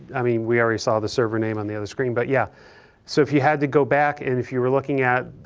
i mean we already saw the server name on the other screen, but yeah so if you had to go back, and if you were looking at